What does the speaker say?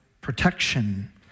protection